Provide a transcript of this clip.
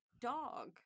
dog